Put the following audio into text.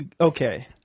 okay